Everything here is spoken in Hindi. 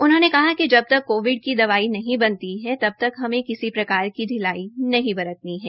उन्होंने कहा कि जब तक कोविड की दवाई नहीं बनती है तब तक हमें किसी प्रकार की ढिलाई नहीं बरतनी है